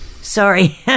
Sorry